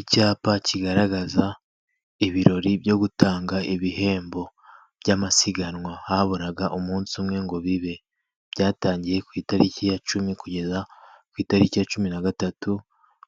Icyapa kigaragaza ibirori byo gutanga ibihembo by'amasiganwa. Haburaga umunsi umwe ngo bibe. byatangiye ku itariki ya cumi, kugeza ku itariki ya cumi na gatatu,